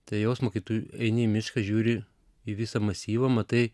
tą jausmą kai tu eini į mišką žiūri į visą masyvą matai